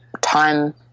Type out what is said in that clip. time